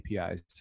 APIs